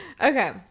Okay